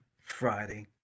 friday